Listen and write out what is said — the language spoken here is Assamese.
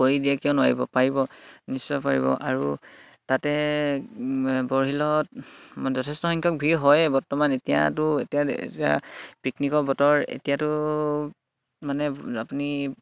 কৰি দিয়ে কিয় নোৱাৰিব পাৰিব নিশ্চয় পাৰিব আৰু তাতে বৰশিলত মানে যথেষ্ট সংখ্যক ভিৰ হয়ে বৰ্তমান এতিয়াতো এতিয়া এতিয়া পিকনিকৰ বতৰ এতিয়াতো মানে আপুনি